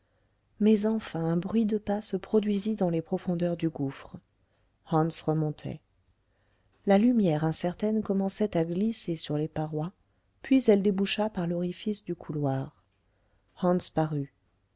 mais enfin un bruit de pas se produisit dans les profondeurs du gouffre hans remontait la lumière incertaine commençait à glisser sur les parois puis elle déboucha par l'orifice du couloir